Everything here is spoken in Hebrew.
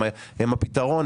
הם הפתרון.